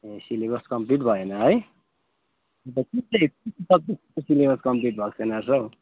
ए syllabus complete भएन है के के सब्जेक्टको सिलेबस कम्प्लिट भएको छैन सर